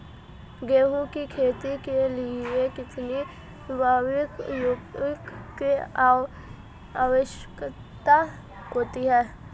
गेहूँ की खेती के लिए कितनी वार्षिक वर्षा की आवश्यकता होती है?